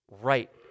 Right